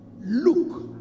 look